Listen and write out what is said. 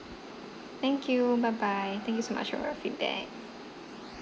thank you bye bye thank you so much for your feedback